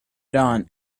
dawn